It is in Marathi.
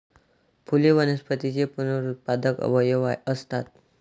फुले वनस्पतींचे पुनरुत्पादक अवयव असतात